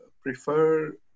prefer